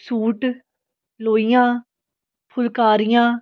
suit ਲੋਈਆਂ ਫੁਲਕਾਰੀਆਂ